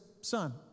son